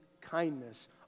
kindness